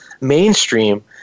mainstream